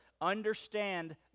Understand